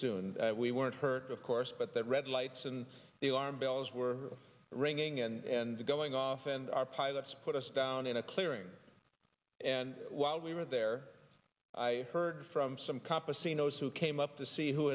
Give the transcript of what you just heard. soon we weren't hurt of course but the red lights and the alarm bells were ringing and going off and our pilots put us down in a clearing and while we were there i heard from some compazine those who came up to see who